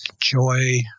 joy